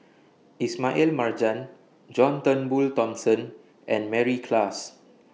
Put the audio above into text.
Ismail Marjan John Turnbull Thomson and Mary Klass